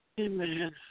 Amen